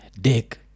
Dick